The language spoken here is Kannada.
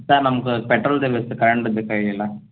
ಸರ್ ನಮ್ಗೆ ಪೆಟ್ರೋಲ್ದೆ ಬೇಕು ಕರೆಂಟಿದ್ದು ಬೇಕಾಗಿಲ್ಲ